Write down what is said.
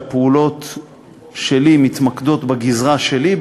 הפעולות שלי מתמקדות בגזרה שלי,